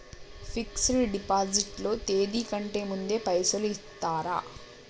Fix డ్ deposit లో తేది కంటే ముందే పైసలు ఇత్తరా?